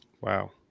Wow